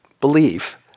believe